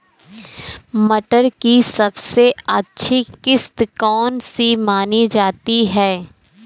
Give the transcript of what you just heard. मटर की सबसे अच्छी किश्त कौन सी मानी जाती है?